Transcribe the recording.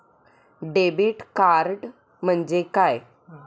Debit card म्हणजे काय?